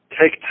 take